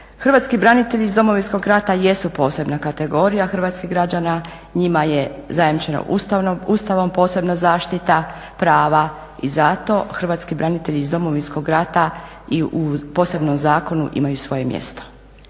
Hrvatski branitelji iz Domovinskog rata jesu posebna kategorija hrvatskih građana. Njima je zajamčeno Ustavom posebna zaštita prava i zato hrvatski branitelji iz Domovinskog rata i u posebnom zakonu imaju svoje mjesto.